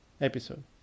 episode